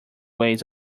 ways